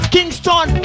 Kingston